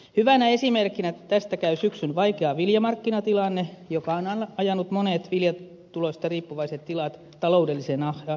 hyvänä esimerkkinä tästä käy syksyn vaikea viljamarkkinatilanne joka on ajanut monet viljatuloista riippuvaiset tilat taloudelliseen ahdinkoon